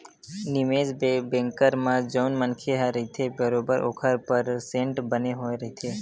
निवेस बेंकर म जउन मनखे ह रहिथे बरोबर ओखर परसेंट बने होय रहिथे